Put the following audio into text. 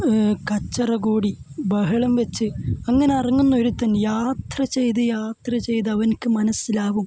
കച്ചറ കൂടി ബഹളം വെച്ച് അങ്ങനെ ഉറങ്ങുന്ന ഒരുത്തൻ യാത്ര ചെയ്ത് യാത്ര ചെയ്ത് അവനുക്ക് മനസ്സിലാകും